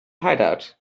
hideout